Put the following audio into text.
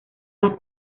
las